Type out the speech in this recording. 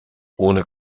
ohne